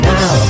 Now